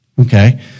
okay